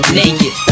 naked